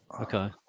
Okay